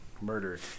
murder